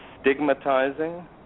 stigmatizing